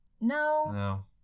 No